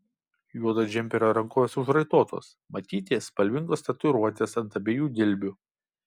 juodo džemperio rankovės užraitotos matyti spalvingos tatuiruotės ant abiejų dilbių